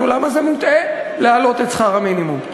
למה זה מוטעה להעלות את שכר המינימום.